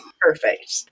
Perfect